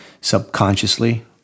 subconsciously